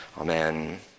Amen